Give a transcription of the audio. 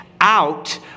out